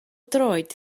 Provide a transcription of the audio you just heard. droed